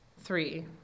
Three